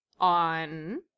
on